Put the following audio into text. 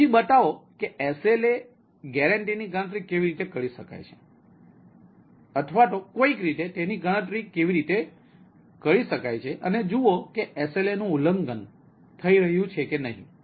તેથી બતાવો કે SLA ગેરંટીની ગણતરી કેવી રીતે કરી શકાય છે અથવા કોઈક રીતે તેની ગણતરી કેવી રીતે કરી શકાય છે અને જુઓ કે SLAનું ઉલ્લંઘન થઈ રહ્યું છે કે નહીં